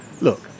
Look